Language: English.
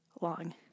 long